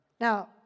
Now